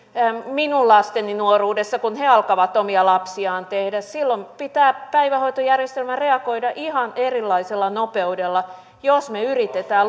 minun lasteni nuoruudessa kun he alkavat omia lapsiaan tehdä silloin pitää päivähoitojärjestelmän reagoida ihan erilaisella nopeudella jos me yritämme